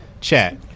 chat